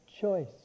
choice